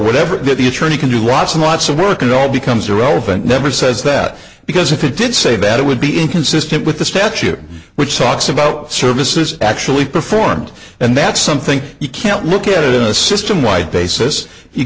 whatever the attorney can do lots and lots of work it all becomes irrelevant never says that because if you did say that it would be inconsistent with the statute which talks about services actually performed and that's something you can't look at in a system wide basis you